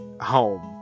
home